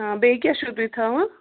بیٚیہِ کیٛاہ چھو تۄہہِ تھاوان